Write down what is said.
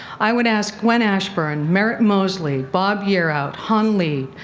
i would ask gwen ashburn, merritt moseley, bob yearout, heon lee,